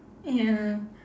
ya